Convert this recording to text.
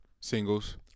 Singles